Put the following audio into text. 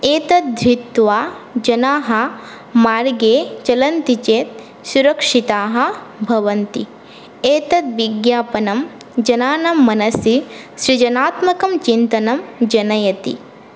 एतत् धृत्वा जनाः मार्गे चलन्ति चेत् सुरक्षिताः भवन्ति एतत् विज्ञापनं जनानां मनसि सृजनात्मकं चिन्तनं जनयति